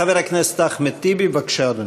חבר הכנסת אחמד טיבי, בבקשה, אדוני.